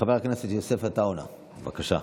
חבר הכנסת יוסף עטאונה, בבקשה.